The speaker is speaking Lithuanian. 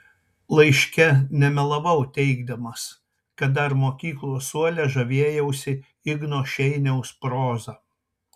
laiške nemelavau teigdamas kad dar mokyklos suole žavėjausi igno šeiniaus proza